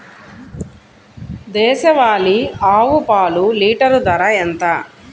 దేశవాలీ ఆవు పాలు లీటరు ధర ఎంత?